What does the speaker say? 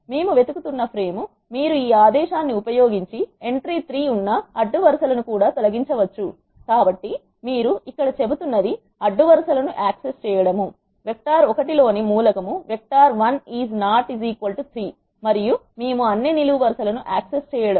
మేము వెతుకుతున్న ఫ్రేమ్ మీరు ఈ ఆదేశాన్ని ఉపయోగించి ఎంట్రీ 3 ఉన్న అడ్డు వరుస లను కూడా తొలగించవచ్చు కాబట్టి మీరు ఇక్కడ చెబుతున్నది అడ్డు వరుస లను యాక్సెస్ చేయడం వెక్టార్ 1లోని మూలకం vector 1 is not 3 మరియు మరియు మేము అన్ని నిలువు వరుస లను యాక్సెస్ చేయడం